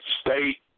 state